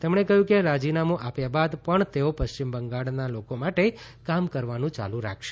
તેમણે કહ્યું કે રાજીનામું આપ્યા બાદ પણ તેઓ પશ્ચિમ બંગાળના લોકો માટે કામ કરવાનું ચાલુ રાખશે